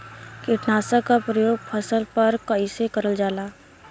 कीटनाशक क प्रयोग फसल पर कइसे करल जाला?